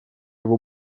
его